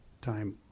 time